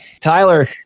Tyler